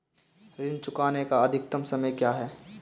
ऋण चुकाने का अधिकतम समय क्या है?